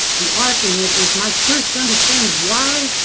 the arc in it is my search to understand why,